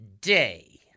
day